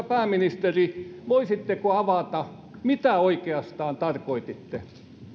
pääministeri voisitteko avata mitä oikeastaan tarkoititte